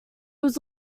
was